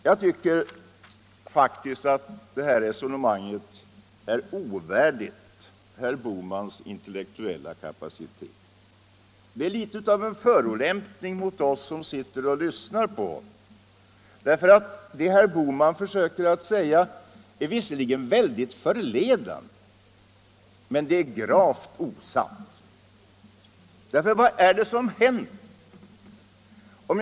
Jag tycker att detta resonemang är ovärdigt herr Bohmans intellektuella kapacitet. Det är litet av en förolämpning mot oss som lyssnade på honom. Vad herr Bohman försöker säga är visserligen väldigt förledande men gravt osant. Vad är det som händer?